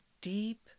deep